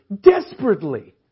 desperately